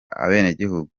abenegihugu